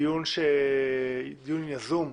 דיון יזום,